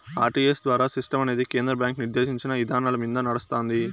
RTGS ద్వారా సిస్టమనేది కేంద్ర బ్యాంకు నిర్దేశించిన ఇదానాలమింద నడస్తాంది